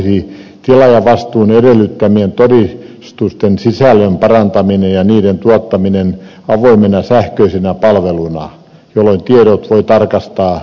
parempi ratkaisu olisi tilaajavastuun edellyttämien todistusten sisällön parantaminen ja niiden tuottaminen avoimena sähköisenä palveluna jolloin tiedot voi tarkastaa rekisteristä